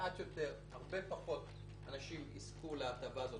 הרבה פחות אנשים יזכו להטבה הזאת.